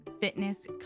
Fitness